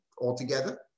altogether